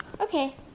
Okay